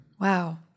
Wow